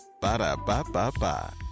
Ba-da-ba-ba-ba